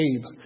Abe